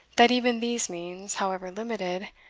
that even these means, however limited,